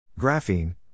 Graphene